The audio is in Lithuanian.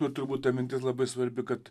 nu turbūt ta mintis labai svarbi kad